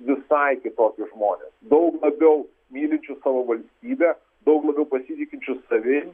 visai kitokie žmonės daug labiau mylinčių savo valstybę daug labiau pasitikinčių savim